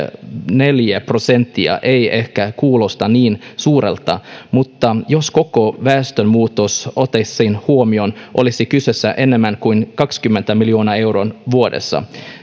viisi prosenttia ei ehkä kuulosta niin suurelta mutta jos koko väestönmuutos otettaisiin huomioon olisi kyseessä enemmän kuin kaksikymmentä miljoonaa euroa vuodessa